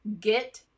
get